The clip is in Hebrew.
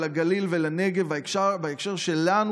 לגליל ולנגב בהקשר שלנו,